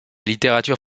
littérature